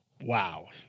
wow